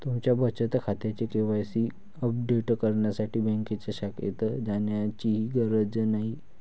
तुमच्या बचत खात्याचे के.वाय.सी अपडेट करण्यासाठी बँकेच्या शाखेत जाण्याचीही गरज नाही